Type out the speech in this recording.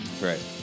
right